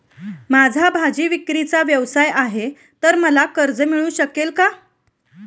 माझा भाजीविक्रीचा व्यवसाय आहे तर मला कर्ज मिळू शकेल का?